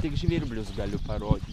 tik žvirblius galiu parodyt